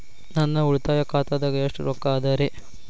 ನನ್ನ ಉಳಿತಾಯ ಖಾತಾದಾಗ ಎಷ್ಟ ರೊಕ್ಕ ಅದ ರೇ?